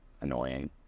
annoying